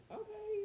okay